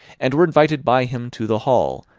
and were invited by him to the hall,